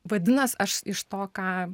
vadinas aš iš to ką